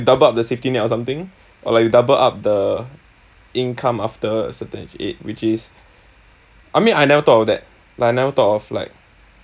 double up the safety net or something or like you double up the income after a certain age which is I mean I never thought of that like I never thought of like